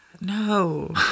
No